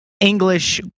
English